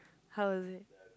how was it